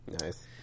nice